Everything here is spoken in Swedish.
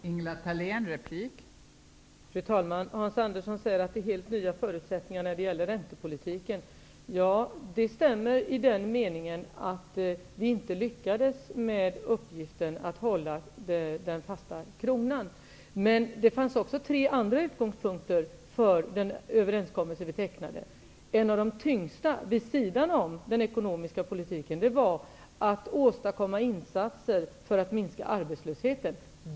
Fru talman! Hans Andersson säger att det är helt nya förutsättningar för räntepolitiken. Ja, det stämmer i den meningen att vi inte lyckades med uppgiften att hålla den fasta kronkursen. Men det fanns också tre andra utgångspunkter för den överenskommelse som vi träffade. En av de tyngsta vid sidan om den ekonomiska politiken var att åstadkomma insatser för att minska arbetslösheten.